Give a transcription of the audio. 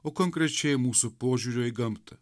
o konkrečiai mūsų požiūrio į gamtą